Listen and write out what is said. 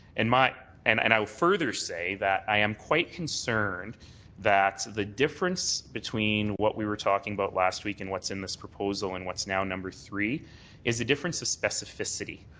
and i and and i will further say that i am quite concerned that the difference between what we were talking about last week and what's in this proposal and what's now number three is the difference of specificity.